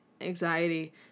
anxiety